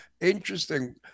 Interesting